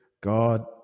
God